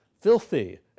filthy